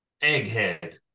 Egghead